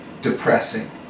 depressing